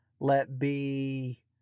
let-be